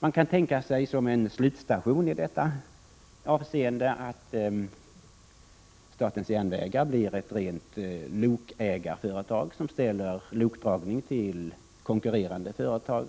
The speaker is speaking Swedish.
Man kan som en slutstation i det avseendet tänka sig att statens järnvägar blir ett rent lokägarföretag som säljer lokdragning till konkurrerande företag.